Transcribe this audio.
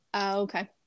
Okay